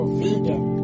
vegan